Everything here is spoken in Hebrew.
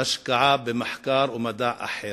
השקעה במחקר ובמדע אחר.